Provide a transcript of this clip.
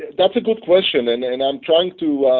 that's a good question and and and i'm trying to